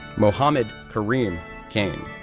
mohamed karim kane,